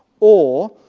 or